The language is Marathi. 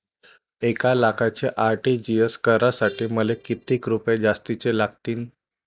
एक लाखाचे आर.टी.जी.एस करासाठी मले कितीक रुपये जास्तीचे लागतीनं?